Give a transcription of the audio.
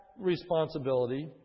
responsibility